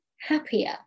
happier